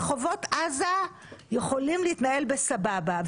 רחובות עזה יכולים להתנהל בסבבה,